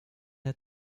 der